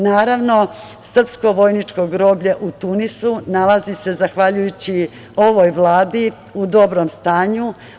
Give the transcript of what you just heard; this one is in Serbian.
Naravno, srpsko vojničko groblje u Tunisu nalazi se zahvaljujući ovoj Vladi u dobrom stanju.